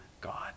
God